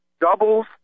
doubles